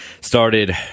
started